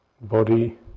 body